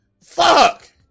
Fuck